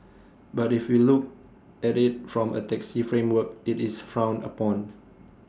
but if we look at IT from A taxi framework IT is frowned upon